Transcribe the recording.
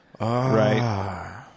Right